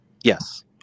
Yes